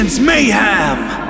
Mayhem